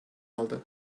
aldı